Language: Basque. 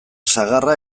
sagarra